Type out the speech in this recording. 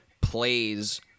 plays